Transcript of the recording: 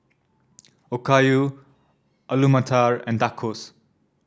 Okayu Alu Matar and Tacos